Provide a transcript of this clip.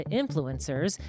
influencers